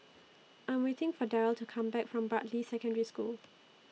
I Am waiting For Daryle to Come Back from Bartley Secondary School